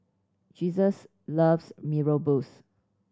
Jesus loves Mee Rebus